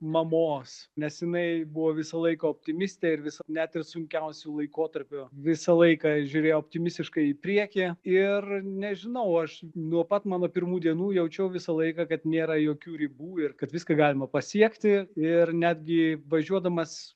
mamos nes jinai buvo visą laiką optimistė ir visą net ir sunkiausiu laikotarpiu visą laiką žiūrėjo optimistiškai į priekį ir nežinau aš nuo pat mano pirmų dienų jaučiau visą laiką kad nėra jokių ribų ir kad viską galima pasiekti ir netgi važiuodamas